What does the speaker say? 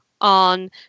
on